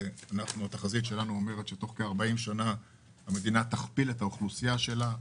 התחזית שלנו אומרת שתוך כ-40 שנים המדינה תכפיל את האוכלוסייה שלה.